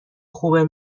خوبه